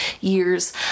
years